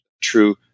true